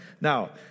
Now